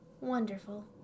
Wonderful